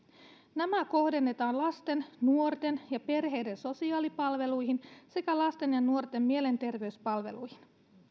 nämä kohdennetaan lasten nuorten ja perheiden sosiaalipalveluihin sekä lasten ja nuorten mielenterveyspalveluihin